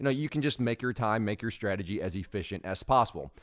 know, you can just make your time, make your strategy as efficient as possible.